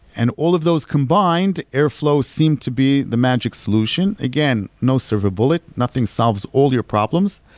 and all of those combined, airflow seem to be the magic solution. again, no silver bullet, nothing solves all your problems,